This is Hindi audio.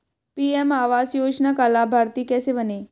पी.एम आवास योजना का लाभर्ती कैसे बनें?